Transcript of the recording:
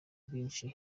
bwinshi